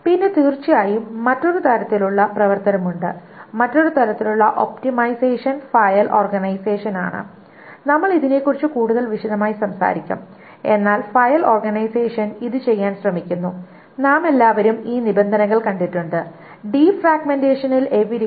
പിന്നെ തീർച്ചയായും മറ്റൊരു തരത്തിലുള്ള പ്രവർത്തനം ഉണ്ട് മറ്റൊരു തരത്തിലുള്ള ഒപ്റ്റിമൈസേഷൻ ഫയൽ ഓർഗനൈസേഷനാണ് നമ്മൾ ഇതിനെക്കുറിച്ച് കൂടുതൽ വിശദമായി സംസാരിക്കും എന്നാൽ ഫയൽ ഓർഗനൈസേഷൻ ഇത് ചെയ്യാൻ ശ്രമിക്കുന്നു നാമെല്ലാവരും ഈ നിബന്ധനകൾ കണ്ടിട്ടുണ്ട് ഡിഫ്രാഗ്മെന്റേഷനിൽ എവിടെയോ